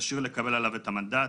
כשיר לקבל עליו את המנדט.